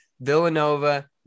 Villanova